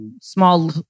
small